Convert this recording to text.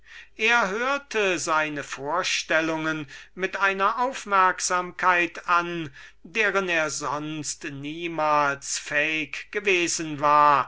hatte hörte seine vorstellungen mit einer aufmerksamkeit an deren er sonst niemals fähig gewesen war